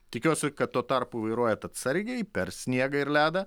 tikiuosi kad tuo tarpu vairuojat atsargiai per sniegą ir ledą